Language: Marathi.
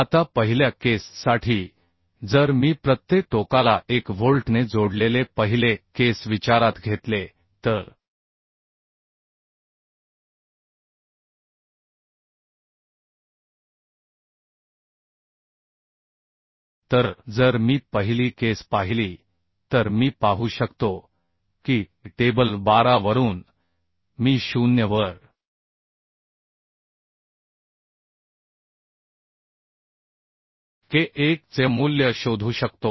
आता पहिल्या केस साठी जर मी प्रत्येक टोकाला 1 व्होल्टने जोडलेले पहिले केस विचारात घेतले तर तर जर मी पहिली केस पाहिली तर मी पाहू शकतो की टेबल 12 वरून मी 0 वर K1 चे मूल्य शोधू शकतो